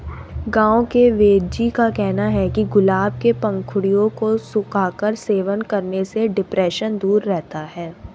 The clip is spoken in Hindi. गांव के वेदजी का कहना है कि गुलाब के पंखुड़ियों को सुखाकर सेवन करने से डिप्रेशन दूर रहता है